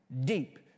deep